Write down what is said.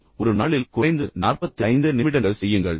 இல்லை ஒரு நாளில் குறைந்தது 45 நிமிடங்கள் செய்யுங்கள்